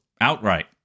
outright